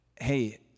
hey